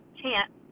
chance